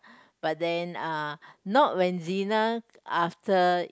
but then uh not when Zyna after